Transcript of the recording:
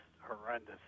horrendous